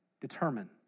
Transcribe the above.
Determine